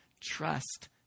trust